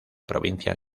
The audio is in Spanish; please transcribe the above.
provincia